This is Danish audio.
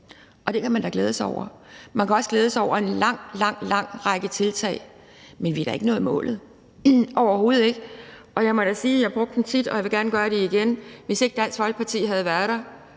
dag. Det kan man da glæde sig over. Man kan også glæde sig over en lang, lang række tiltag, men vi har da ikke nået målet, overhovedet ikke. Og jeg må da sige, at jeg tit brugte den, og jeg vil gerne gøre det igen: Hvis ikke Dansk Folkeparti havde været der,